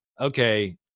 okay